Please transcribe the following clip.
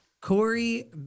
Corey